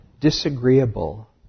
disagreeable